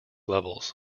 levels